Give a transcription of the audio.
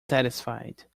satisfied